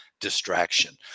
distraction